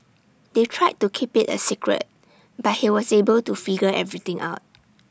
they tried to keep IT A secret but he was able to figure everything out